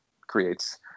creates